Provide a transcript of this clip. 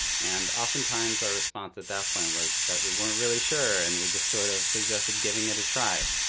and oftentimes, our response at that point was that we weren't really sure and we just sort of suggested giving it a try.